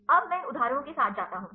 अब मैं इन कुछ उदाहरणों के साथ जाता हूं